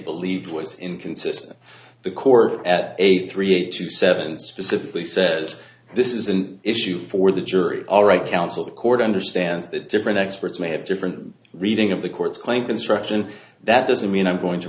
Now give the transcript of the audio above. believed was inconsistent the court at eighty three eighty seven specifically says this is an issue for the jury all right counsel the court understand that different experts may have different reading of the court's claim construction that doesn't mean i'm going to